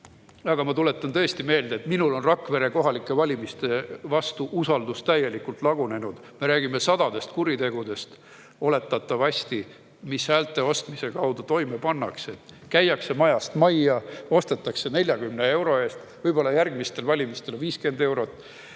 Aga ma tuletan meelde, et minul on Rakvere kohalike valimiste vastu usaldus täielikult lagunenud. Me räägime oletatavasti sadadest kuritegudest, mida häälte ostmise kaudu toime pannakse. Käiakse majast majja, ostetakse [hääli] 40 euro eest. Võib-olla järgmistel valimistel on 50 eurot